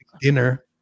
dinner